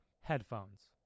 headphones